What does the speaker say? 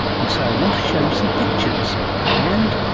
and so i want to show you some pictures and,